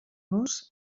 nos